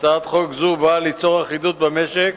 הצעת החוק הזאת באה ליצור אחידות במשק